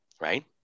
right